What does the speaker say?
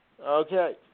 Okay